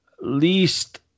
least